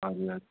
हजुर हजुर